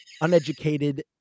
uneducated